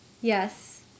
Yes